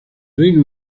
reino